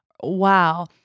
Wow